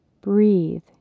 Breathe